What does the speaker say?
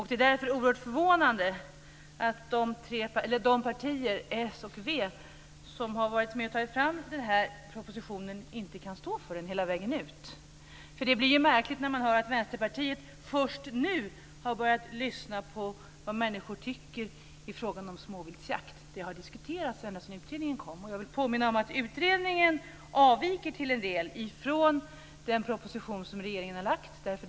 Det är därför oerhört förvånande att de partier, s och v, som har varit med och tagit fram den här propositionen inte kan stå för den hela vägen ut. Det blir ju märkligt när man hör att Vänsterpartiet först nu har börjat lyssna på vad människor tycker i fråga om småviltsjakt. Det här har diskuterats ända sedan utredningen kom, och jag vill påminna om att utredningen till en del avviker från den proposition som regeringen har lagt fram.